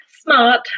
smart